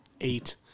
eight